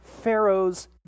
Pharaoh's